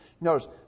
notice